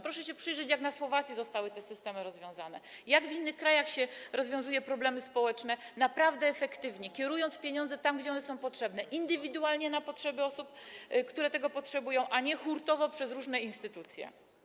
Proszę się przyjrzeć, jak problem tych systemów rozwiązano na Słowacji, jak w innych krajach rozwiązuje się problemy społeczne, naprawdę efektywnie, kierując pieniądze tam, gdzie one są potrzebne, indywidualnie, na potrzeby osób, które tego potrzebują, a nie hurtowo przez różne instytucje.